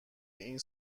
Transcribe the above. این